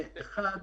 אחד,